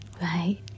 Right